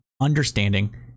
understanding